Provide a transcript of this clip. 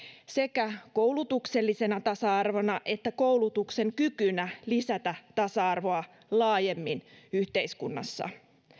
sekä koulutuksellisena tasa arvona että koulutuksen kykynä lisätä tasa arvoa laajemmin yhteiskunnassa